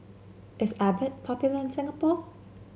is Abbott popular in Singapore